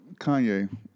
Kanye